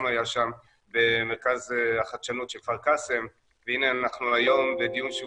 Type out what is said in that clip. היה שם במרכז החדשנות של כפר קאסם והנה אנחנו היום בדיון שהוא